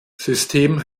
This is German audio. system